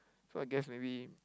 so I guess maybe